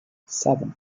seven